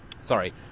sorry